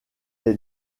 est